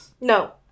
No